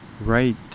Right